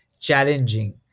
challenging